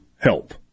help